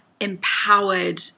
empowered